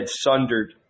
sundered